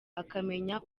akamenya